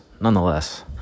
nonetheless